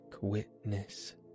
witness